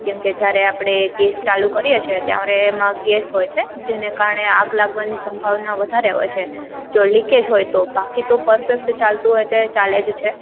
કેમકે જ્યારે આપણે ગેસ ચાલુ કરીએ છીએ ત્યારે એમાં ગેસ હોય છે જેને કારણે આગ લાગવાની સંભાવના વધારે હોય છે જો લીકેજ હોય તો બાકી તો પરફેક્ટ ચાલતું હોય તે ચાલે જ છે